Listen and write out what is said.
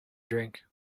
drink